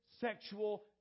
sexual